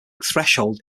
threshold